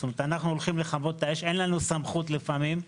אנחנו הולכים לכבות את האש, אין לנו סמכות לפעמים.